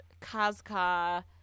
Kazka